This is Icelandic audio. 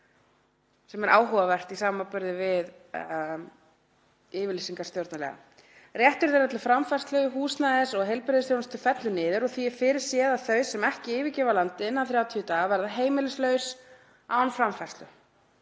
sem er áhugavert í samanburði við yfirlýsingar stjórnarliða — „Réttur þeirra til framfærslu, húsnæðis og heilbrigðisþjónustu fellur niður og því er fyrirséð að þau sem ekki yfirgefa landið innan 30 daga verða heimilislaus án framfærslu.